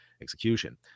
execution